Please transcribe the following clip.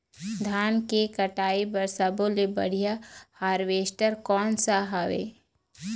धान के कटाई बर सब्बो ले बढ़िया हारवेस्ट कोन सा हवए?